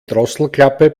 drosselklappe